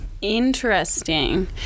Interesting